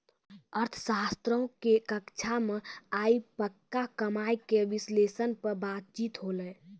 अर्थशास्त्रो के कक्षा मे आइ पक्का कमाय के विश्लेषण पे बातचीत होलै